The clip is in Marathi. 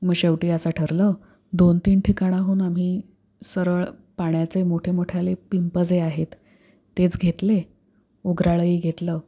मग शेवटी असं ठरलं दोन तीन ठिकाणाहून आम्ही सरळ पाण्याचे मोठे मोठ्याले पिंपं जे आहेत तेच घेतले उगराळंही घेतलं